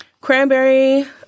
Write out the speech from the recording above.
Cranberry